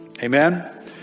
amen